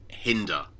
Hinder